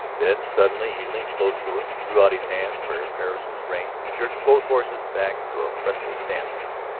then suddenly he leaned close to her, threw out his hand for persis's rein, jerked both horses back to a fretful standstill.